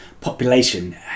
population